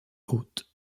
hôtes